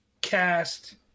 cast